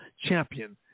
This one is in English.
Champion